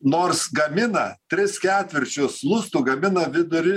nors gamina tris ketvirčius lustų gamina vidury